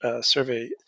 survey